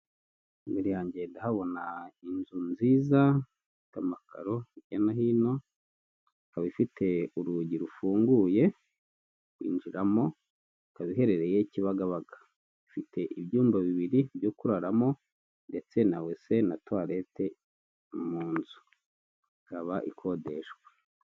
Imbere yange ndahabona inzu nziza, ifite amakaro hirya no hino. Ikaba ifite urugi rufunguye winjiramo, ikaba iherereye Kibagabaga. Ifite ibyumba bibiri byo kuraramo ndetse na wese na tuwarete mu inzu, ikaba ikodeshwa.